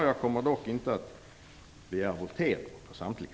Jag kommer dock inte att begära votering på samtliga.